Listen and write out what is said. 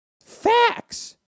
Facts